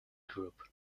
group